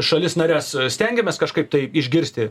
šalis nares stengiamės kažkaip tai išgirsti